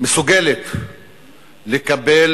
מסוגלת לקבל